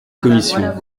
commission